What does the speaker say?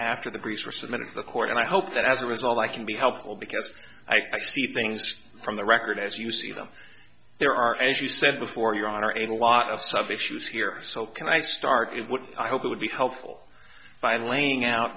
after the greeks were submitted to the court and i hope that as a result i can be helpful because i see things from the record as you see them there are as you said before your honor and a lot of stuff issues here so can i start it would i hope it would be helpful by laying out